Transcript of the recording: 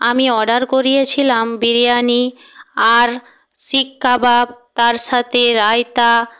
আমি অর্ডার করিয়েছিলাম বিরিয়ানি আর শিক কাবাব তার সাথে রায়তা